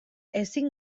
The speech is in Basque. ezin